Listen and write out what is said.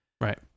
Right